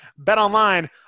Betonline